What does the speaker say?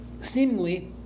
seemingly